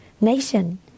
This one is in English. nation